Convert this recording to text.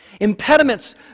Impediments